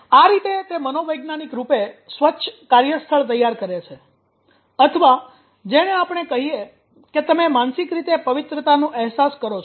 આ રીતે તે મનોવૈજ્ઞાનિકરૂપે સ્વચ્છ કાર્યસ્થળ તૈયાર કરે છે અથવા જેને આપણે કહીએ કે તમે માનસિક રીતે પવિત્રતાનો અહેસાસ કરો છો